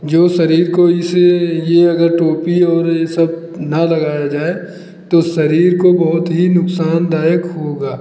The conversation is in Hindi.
जो शरीर को इसे ये अगर टोपी और ये सब न लगाया जाए तो शरीर को बहुत ही नुकसानदायक होगा